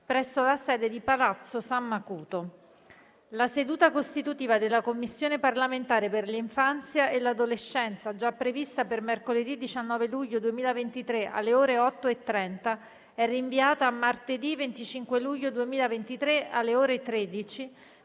presso la sede di Palazzo San Macuto. La seduta costitutiva della Commissione parlamentare per l'infanzia e l'adolescenza, già prevista per mercoledì 19 luglio 2023, alle ore 8,30, è rinviata a martedì 25 luglio 2023, alle ore 13,